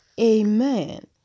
Amen